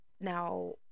now